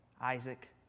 Isaac